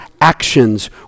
actions